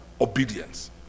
obedience